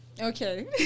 Okay